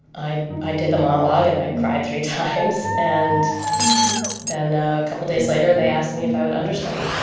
i i did the monologue, and i cried three times. and then a couple days later, they asked me if i would understudy.